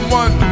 one